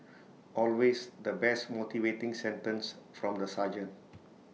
always the best motivating sentence from the sergeant